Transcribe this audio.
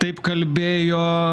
taip kalbėjo